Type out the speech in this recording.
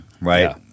right